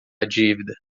dívida